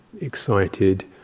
excited